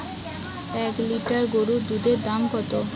এক লিটার গোরুর দুধের দাম কত?